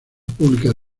pública